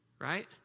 Right